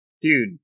Dude